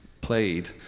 played